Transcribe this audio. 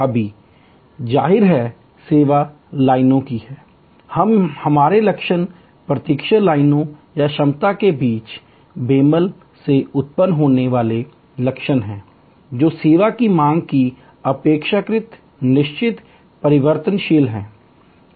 अभी जाहिर है सेवा लाइनें हैं I यह हमारे लक्षण प्रतीक्षा लाइनें या क्षमता के बीच बेमेल से उत्पन्न होने वाले लक्षण हैं जो सेवा की मांग की अपेक्षाकृत निश्चित और परिवर्तनशीलता है